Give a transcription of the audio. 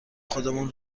خودمون